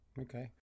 Okay